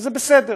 וזה בסדר.